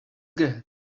get